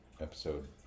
episode